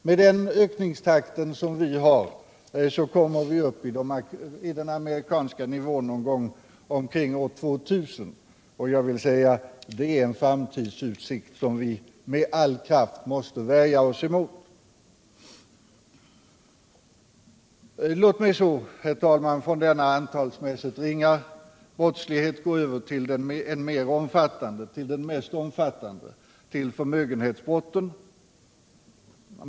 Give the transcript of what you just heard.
Med den ökningstakt som vi har uppnår vi den amerikanska nivån omkring år 2000 — och det är en framtidsutsikt som vi med all kraft måste värja oss emot. Låt mig så, herr talman, från denna antalsmässigt ringa brottslighet gå över till den mest omfattande — förmögenhetsbrotten.